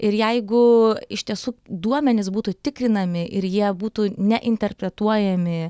ir jeigu iš tiesų duomenys būtų tikrinami ir jie būtų neinterpretuojami